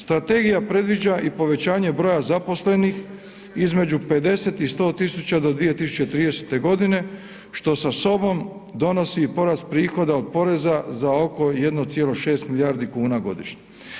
Strategija predviđa i povećanje broja zaposlenih između 50 i 100.000 do 2030. godine što sa sobom donosi i porast prihoda od poreza za oko 1,6 milijardi kuna godišnje.